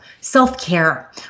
self-care